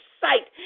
sight